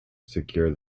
secure